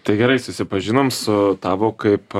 tai gerai susipažinom su tavo kaip